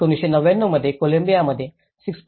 1999 मध्ये कोलंबियामध्ये 6